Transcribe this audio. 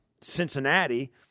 Cincinnati